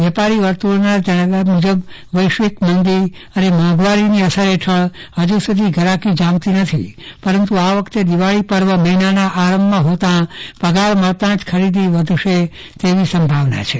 વેપારી વર્તુળોના જણાવ્યા મુજબ વૈશ્વિક મંદી અને મોંઘવારીની અસરસ હેઠળ હજી સુધી ઘરાકી જામતી નથી પરંતુ આ વખતે દિવાળી પર્વ મહિનાના પ્રારંભમાં હોતા પગાર મળતા જ ખરીદી વધશે તેવી સંભાવના છે